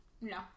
No